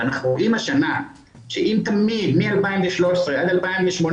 אנחנו רואים השנה שאם תלמיד מ-2013 עד 2018,